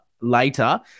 later